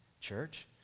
church